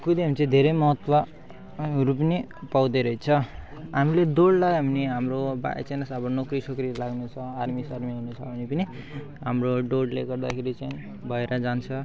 कुद्यो भने चाहिँ धेरै महत्त्वहरू पनि पाउँदो रहेछ हामीले दौड लगायो भने हाम्रो बाइ चान्स अब नौकरी सोकरी लाग्नु छ आर्मी सार्मी हुनु छ भने पनि हाम्रो दौडले गर्दाखेरि चाहिँ भएर जान्छ